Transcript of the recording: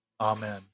Amen